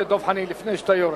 חבר הכנסת דב חנין, לפני שאתה יורד,